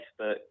Facebook